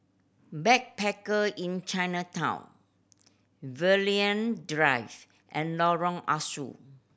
Backpacker Inn Chinatown Drive and Lorong Ah Soo